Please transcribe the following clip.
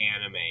anime